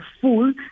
full